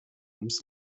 ums